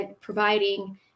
providing